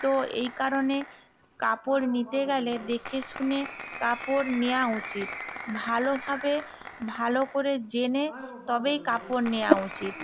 তো এই কারণে কাপড় নিতে গেলে দেখে শুনে কাপড় নেয়া উচিত ভালোভাবে ভালো করে জেনে তবেই কাপড় নেয়া উচিত